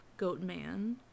Goatman